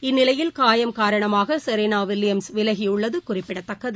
இந்நிலையில் காயம் காரணமாக செரினா வில்லியம்ஸ் விலகியுள்ளது குறிப்பிடத்தக்கது